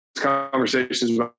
conversations